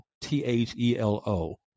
T-H-E-L-O